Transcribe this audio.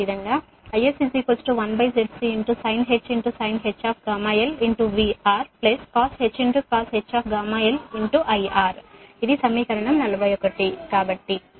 అదేవిధంగా IS 1Zc sinh γlVRcosh γlIR ఇది సమీకరణం 41 కాబట్టి